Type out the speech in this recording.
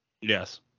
Yes